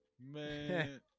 Man